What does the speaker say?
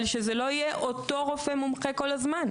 אבל שזה לא יהיה אותו רופא מומחה כל הזמן.